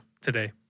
today